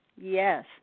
Yes